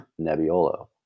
Nebbiolo